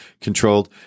controlled